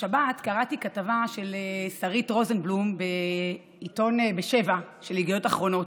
בשבת קראתי כתבה של שרית רוזנבלום ב"שבע" של ידיעות אחרונות,